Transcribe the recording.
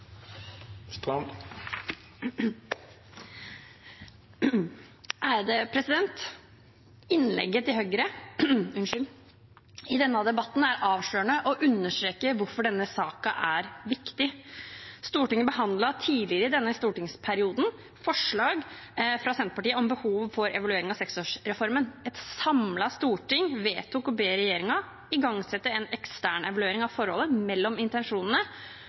Innlegget til Høyre i denne debatten er avslørende og understreker hvorfor denne saken er viktig. Stortinget behandlet tidligere i denne stortingsperioden forslag fra Senterpartiet om behovet for evaluering av seksårsreformen. Et samlet storting vedtok å be regjeringen igangsette en ekstern evaluering av forholdet mellom intensjonene